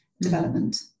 development